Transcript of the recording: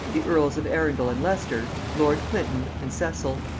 the earls of arundel and leicester, lord clinton, and cecil.